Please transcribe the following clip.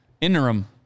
interim